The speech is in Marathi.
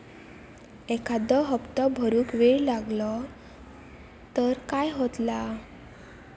एखादो हप्तो भरुक वेळ लागलो तर काय होतला?